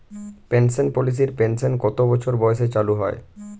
Pension পলিসির pension কত বছর বয়সে চালু হয়?